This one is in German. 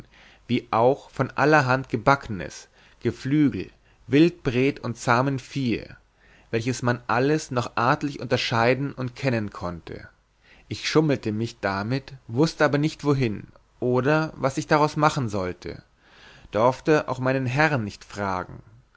wie auch von allerhand gebackens geflügel wildpret und zahmen viehe welches man alles noch artlich unterscheiden und kennen konnte ich schummelte mich damit wußte aber nicht wohin oder was ich daraus machen sollte dorfte auch meinem herrn nicht fragen